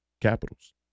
capitals